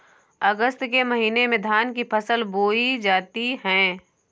अगस्त के महीने में धान की फसल बोई जाती हैं